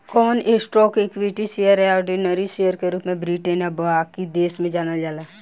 कवन स्टॉक्स के equity share आ ऑर्डिनरी शेयर के रूप में ब्रिटेन आ बाकी देश में जानल जाला